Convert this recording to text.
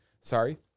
sorry